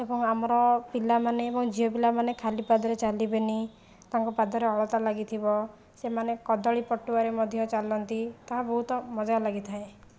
ଏବଂ ଆମର ପିଲାମାନେ ଏବଂ ଝିଅପିଲାମାନେ ଖାଲିପାଦରେ ଚାଲିବେନି ତାଙ୍କ ପାଦରେ ଅଳତା ଲାଗିଥିବ ସେମାନେ କଦଳୀ ପଟୁଆରେ ମଧ୍ୟ ଚାଲନ୍ତି ତାହା ବହୁତ ମଜା ଲାଗିଥାଏ